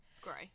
great